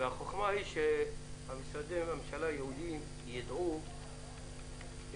והחוכמה היא שמשרדי הממשלה הייעודיים יידעו להתערב